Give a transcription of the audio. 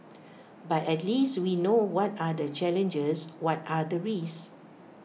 but at least we know what are the challenges what are the risks